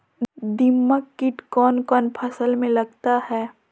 दीमक किट कौन कौन फसल में लगता है?